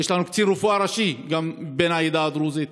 יש לנו גם קצין רפואה ראשי בן העדה הדרוזית.